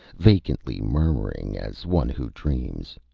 vacantly murmuring, as one who dreams.